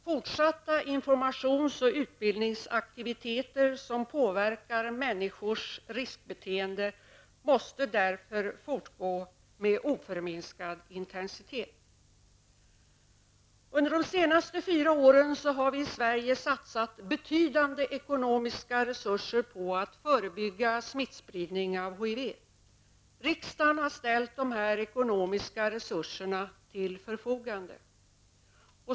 Fortsatta informations och utbildningsaktiviteter som påverkar människors riskbeteende måste därför fortgå med oförminskad intensitet. Under de senaste fyra åren har vi i Sverige satsat betydande ekonomiska resurser på att förebygga smittspridning av HIV. Riksdagen har ställt dessa ekonomiska resurser till förfogande.